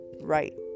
right